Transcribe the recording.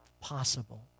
possible